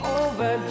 over